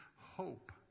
hope